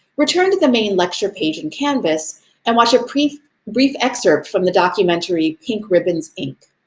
return to the main lecture page in canvas and watch a brief brief excerpt from the documentary pink ribbons, inc.